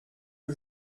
que